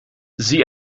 sie